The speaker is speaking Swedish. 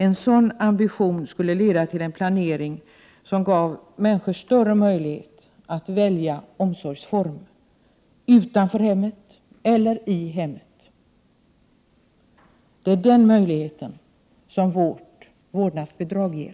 En sådan ambition skulle leda till en planering som gav människor större möjlighet att välja omsorgsform, utanför hemmet eller i hemmet. Det är den möjligheten som vårt vårdnadsbidrag ger.